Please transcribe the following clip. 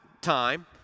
time